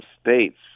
States